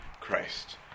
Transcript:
Christ